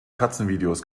katzenvideos